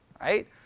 right